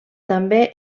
també